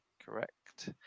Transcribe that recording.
Correct